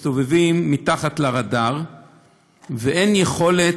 130 מיליארד שקל שמסתובבים מתחת לרדאר ואין יכולת,